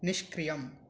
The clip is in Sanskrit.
निष्क्रियम्